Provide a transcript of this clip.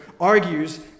argues